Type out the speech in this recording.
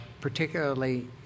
particularly